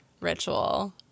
ritual